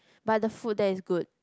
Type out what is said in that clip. but the food there is good